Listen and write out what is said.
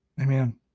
Amen